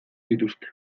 zituzten